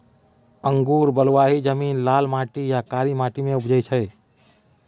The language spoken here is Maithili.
अंगुर बलुआही जमीन, लाल माटि आ कारी माटि मे उपजै छै